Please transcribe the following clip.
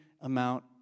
Amount